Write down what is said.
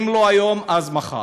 אם לא היום אז מחר.